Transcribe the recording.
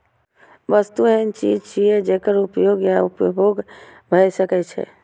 वस्तु एहन चीज छियै, जेकर उपयोग या उपभोग भए सकै छै